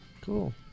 cool